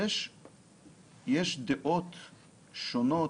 יש דעות שונות.